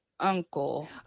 uncle